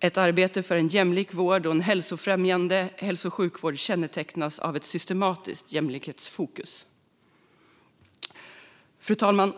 Ett arbete för en jämlik vård och en hälsofrämjande hälso och sjukvård kännetecknas av ett systematiskt jämlikhetsfokus. Fru talman!